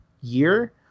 year